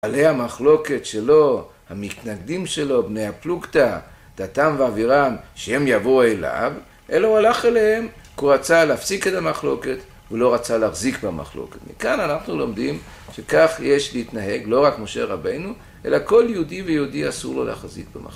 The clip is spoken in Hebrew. עלי המחלוקת שלו, המתנגדים שלו, בני הפלוגתא, דתן ואבירם שהם יבואו אליו אלא הוא הלך אליהם כי הוא רצה להפסיק את המחלוקת והוא לא רצה להחזיק במחלוקת מכאן אנחנו לומדים שכך יש להתנהג לא רק משה רבנו אלא כל יהודי ויהודי אסור לא להחזיק במחלוקת